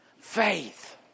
Faith